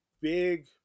big